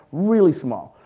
really small.